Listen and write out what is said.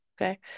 Okay